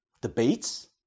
debates